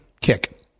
kick